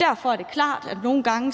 Derfor er det klart, at nogle gange